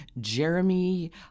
Jeremy –